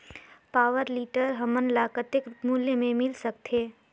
Power tiller हमन ल कतेक मूल्य मे मिल सकथे?